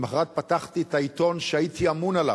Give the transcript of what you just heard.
למחרת פתחתי את העיתון שהייתי אמון עליו,